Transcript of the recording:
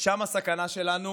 שם הסכנה שלנו